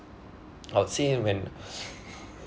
I'd say when